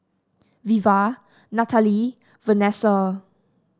Veva Natalee Vanessa